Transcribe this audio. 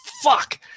fuck